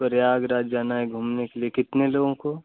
प्रयागराज जाना है घूमने के लिए कितने लोगों को